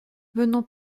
venant